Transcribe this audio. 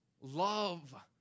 love